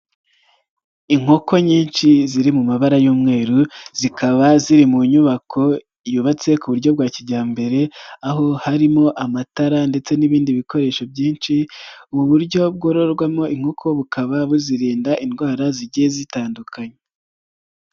Inkoko nyinshi ziri mu mabara y'umweru zikaba ziri mu nyubako yubatse ku buryo bwa kijyambere, aho harimo amatara ndetse n'ibindi bikoresho byinshi, ubu buryo bwororerwamo inkoko bukaba buzirinda indwara zigiye zitandukanya.